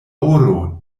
oro